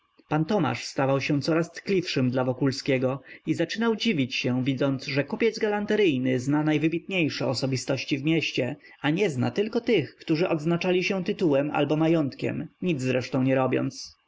pan tomasz stawał się coraz tkliwszym dla wokulskiego i zaczynał dziwić się widząc że kupiec galanteryjny zna najwybitniejsze osobistości w mieście a nie zna tylko tych którzy odznaczali się tytułem albo majątkiem nic zresztą nie robiąc